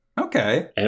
Okay